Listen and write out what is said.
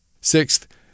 Sixth